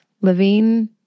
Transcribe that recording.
living